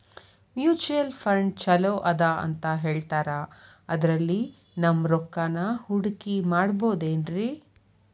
Mutual fund ಛಲೋ ಅದಾ ಅಂತಾ ಹೇಳ್ತಾರ ಅದ್ರಲ್ಲಿ ನಮ್ ರೊಕ್ಕನಾ ಹೂಡಕಿ ಮಾಡಬೋದೇನ್ರಿ?